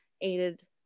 aided